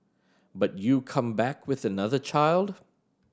but you come back with another child